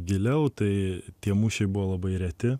giliau tai tie mūšiai buvo labai reti